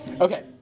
Okay